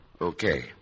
okay